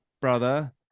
brother